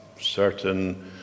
certain